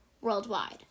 worldwide